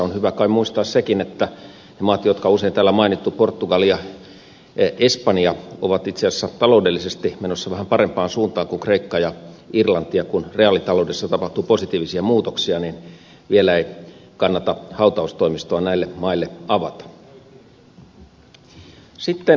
on kai hyvä muistaa sekin että ne maat jotka on usein täällä mainittu portugali ja espanja ovat itse asiassa taloudellisesti menossa vähän parempaan suuntaan kuin kreikka ja irlanti ja kun reaalitaloudessa tapahtuu positiivisia muutoksia niin vielä ei kannata hautaustoimistoa näille maille avata